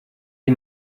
die